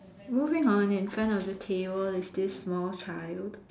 moving on in front of the table is this small child